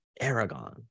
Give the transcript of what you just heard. Aragon